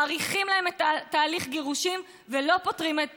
מאריכים להם את תהליך הגירושין ולא פותרים את